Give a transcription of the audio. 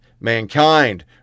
mankind